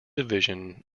division